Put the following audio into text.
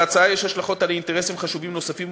להצעה יש השלכות על אינטרסים חשובים נוספים,